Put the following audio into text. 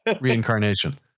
reincarnation